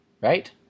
right